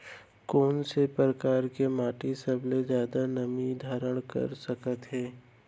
कोन से परकार के माटी सबले जादा नमी धारण कर सकत हे?